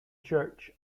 church